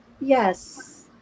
Yes